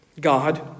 God